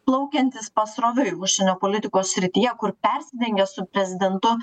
plaukiantys pasroviui užsienio politikos srityje kur persidengia su prezidentu